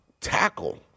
tackle